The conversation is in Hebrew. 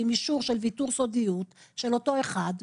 עם אישור של ויתור סודיות של אותו אחד,